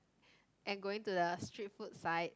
and going to the street food side